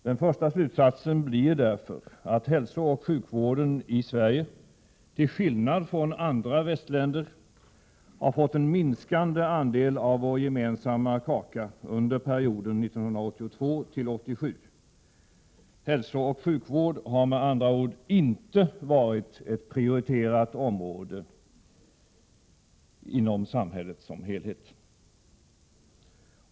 Den första slutsatsen blir därför, att hälsooch sjukvården i Sverige — till skillnad från andra västländer — har fått en minskande andel av ”vår gemensamma kaka” under perioden 1982-1987. Hälsooch sjukvård har med andra ord inte varit ett prioriterat område inom samhället som helhet.